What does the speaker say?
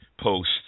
post